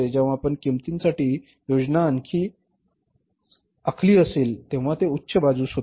जेव्हा आपण किंमतीसाठी योजना आखली असेल तेव्हा ते उच्च बाजूस होते